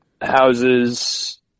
houses